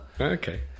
Okay